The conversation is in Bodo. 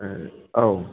औ